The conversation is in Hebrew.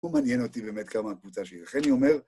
הוא מעניין אותי באמת כמה הקבוצה שלי, לכן אני אומר?